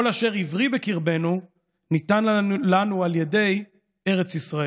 כל אשר עברי בקרבנו ניתן לנו על ידי ארץ ישראל.